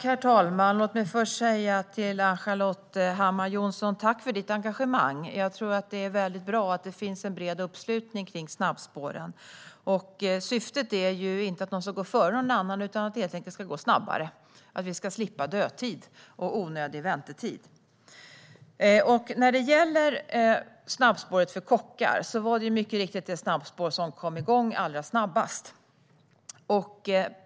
Herr talman! Låt mig först tacka Ann-Charlotte Hammar Johnsson för hennes engagemang. Jag tror att det är bra att det finns en bred uppslutning kring snabbspåren. Syftet är inte att någon ska gå före någon annan utan att det helt enkelt ska gå snabbare. Vi ska slippa dödtid och onödig väntetid. Snabbspåret för kockar var mycket riktigt det snabbspår som kom igång allra snabbast.